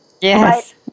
Yes